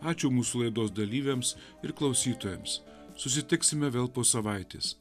ačiū mūsų laidos dalyviams ir klausytojams susitiksime vėl po savaitės